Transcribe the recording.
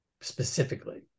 specifically